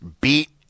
beat